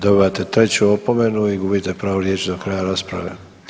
Dobivate treću opomenu i gubite pravo riječi do kraja rasprave.